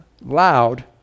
loud